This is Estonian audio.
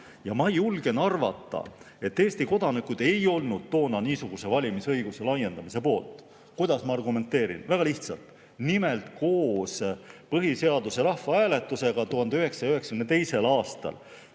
said. Ma julgen arvata, et Eesti kodanikud ei olnud toona niisuguse valimisõiguse laiendamise poolt. Kuidas ma seda argumenteerin? Väga lihtsalt. Nimelt, koos põhiseaduse rahvahääletusega 1992. aastal